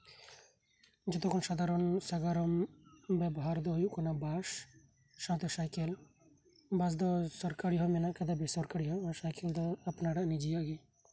ᱡᱷᱚᱛᱚ ᱠᱷᱚᱱ ᱥᱟᱫᱷᱟᱨᱚᱱ ᱥᱟᱜᱟᱲᱚᱢ ᱵᱮᱵᱚᱦᱟᱨ ᱫᱚ ᱦᱳᱭᱳᱜ ᱠᱟᱱᱟ ᱵᱟᱥ ᱥᱟᱶᱛᱮ ᱥᱟᱭᱠᱮᱞ ᱵᱟᱥ ᱫᱚ ᱥᱚᱨᱠᱟᱨᱤ ᱦᱚᱸ ᱢᱮᱱᱟᱜ ᱟᱠᱟᱫᱟ ᱵᱮ ᱥᱚᱨᱠᱟᱨᱤ ᱦᱚᱸ ᱥᱟᱭᱠᱮᱞ ᱫᱚ ᱟᱯᱱᱟᱨᱟᱜ ᱱᱤᱡᱮᱨᱟᱜ ᱜᱮ